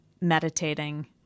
meditating